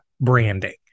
branding